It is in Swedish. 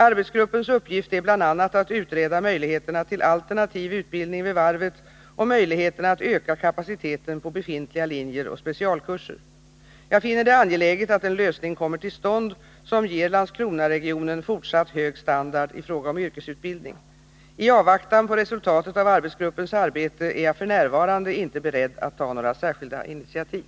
Arbetsgruppens uppgift är bl.a. att utreda möjligheterna till alternativ utbildning vid varvet och möjligheterna att öka kapaciteten på befintliga linjer och specialkurser. Jag finner det angeläget att en lösning kommer till stånd, som ger Landskronaregionen fortsatt hög standard i fråga om yrkesutbildning. I avvaktan på resultatet av arbetsgruppens arbete är jag f. n. inte beredd att ta några särskilda initiativ.